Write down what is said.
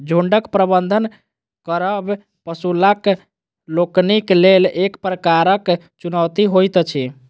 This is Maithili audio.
झुंडक प्रबंधन करब पशुपालक लोकनिक लेल एक प्रकारक चुनौती होइत अछि